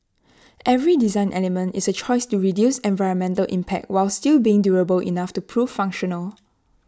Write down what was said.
every design element is A choice to reduce environmental impact while still being durable enough to prove functional